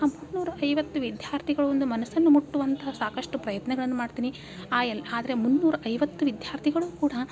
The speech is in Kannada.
ಆ ಮುನ್ನೂರ ಐವತ್ತು ವಿದ್ಯಾರ್ಥಿಗಳು ಒಂದು ಮನಸ್ಸನ್ನು ಮುಟ್ಟುವಂಥ ಸಾಕಷ್ಟು ಪ್ರಯತ್ನಗಳನ್ನು ಮಾಡ್ತೀನಿ ಆ ಎಲ್ಲಿ ಆದರೆ ಮುನ್ನೂರ ಐವತ್ತು ವಿದ್ಯಾರ್ಥಿಗಳು ಕೂಡ